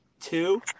two